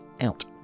out